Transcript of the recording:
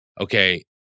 okay